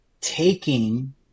taking